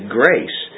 grace